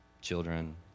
children